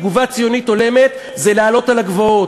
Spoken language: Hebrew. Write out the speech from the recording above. ותיעוד חקירות הוא חלק ממה שמבטיח מערכת משפט הוגנת,